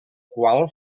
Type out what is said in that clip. qual